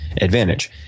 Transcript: advantage